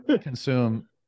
consume